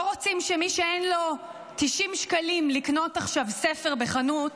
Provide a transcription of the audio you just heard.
לא רוצים שמי שאין לו 90 שקלים לקנות עכשיו ספר בחנות,